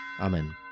Amen